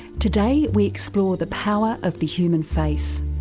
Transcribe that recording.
today we explore the power of the human face.